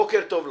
בוקר טוב לכם,